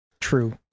True